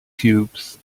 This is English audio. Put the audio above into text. cubes